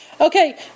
Okay